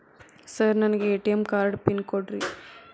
Sir ನನಗೆ ATM card PIN ಕೊಡ್ರಿ?